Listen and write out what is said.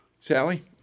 Sally